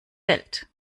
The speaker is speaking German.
welt